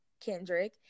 kendrick